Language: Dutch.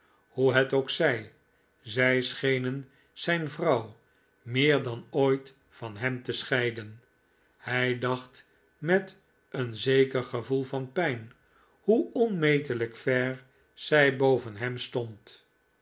hoe het ook zij zij schenen zijn vrouw meer dan ooit van hem te scheiden hij dacht met een zeker gevoel van pijn hoe onmetelijk ver zij boven hem stond